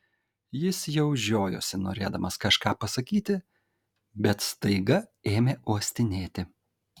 jis jau žiojosi norėdamas kažką pasakyti bet staiga ėmė uostinėti